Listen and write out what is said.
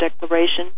declaration